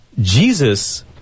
Jesus